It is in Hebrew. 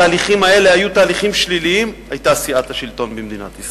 התהליכים האלה היו תהליכים שליליים היתה סיעת השלטון במדינת ישראל.